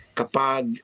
kapag